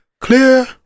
Clear